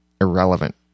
irrelevant